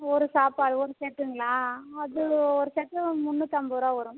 ஒரு சாப்பாடு ஒரு செட்டுங்களா அது ஒரு செட்டு முன்னூற்றம்பது ரூபா வரும்